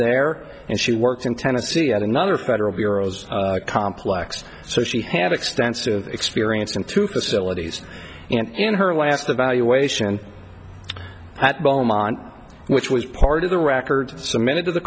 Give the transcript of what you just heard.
there and she worked in tennessee at another federal bureau complex so she had extensive experience in two facilities and in her last evaluation at belmont which was part of the records submitted to the